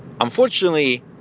Unfortunately